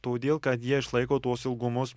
todėl kad jie išlaiko tuos ilgumus